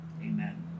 amen